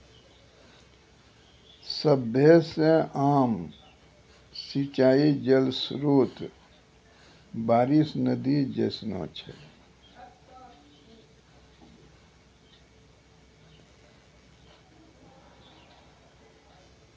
सभ्भे से आम सिंचाई जल स्त्रोत बारिश, नदी जैसनो छै